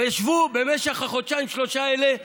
ישבו במשך החודשיים-שלושה האלה,